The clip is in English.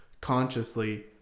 consciously